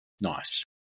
Nice